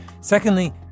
Secondly